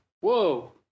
Whoa